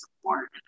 support